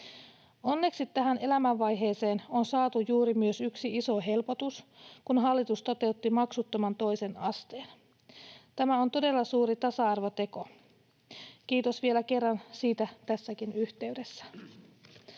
Onneksi tähän elämänvaiheeseen on juuri saatu myös yksi iso helpotus, kun hallitus toteutti maksuttoman toisen asteen. Tämä on todella suuri tasa-arvoteko. Kiitos vielä kerran siitä, tässäkin yhteydessä.